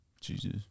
jesus